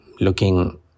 looking